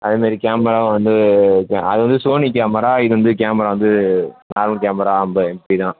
அதே மாரி கேமராவும் வந்து அது வந்து சோனி கேமரா இது வந்து கேமரா வந்து நார்மல் கேமரா ஐம்பது எம்பி தான்